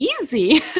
easy